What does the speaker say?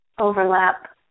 overlap